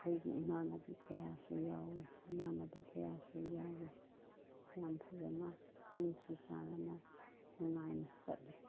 ꯑꯩꯈꯣꯏꯒꯤ ꯏꯃꯥꯟꯅꯕꯤ ꯀꯌꯥꯁꯨ ꯌꯥꯎꯏ ꯏꯃꯥꯟꯅꯕ ꯀꯌꯥꯁꯨ ꯌꯥꯎꯏ ꯌꯥꯝ ꯐꯖꯅ ꯅꯨꯡꯁꯤ ꯆꯥꯟꯅꯅ ꯅꯨꯡꯉꯥꯏꯅ ꯆꯠꯂꯤ